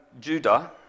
Judah